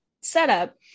setup